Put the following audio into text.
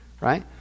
right